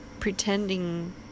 pretending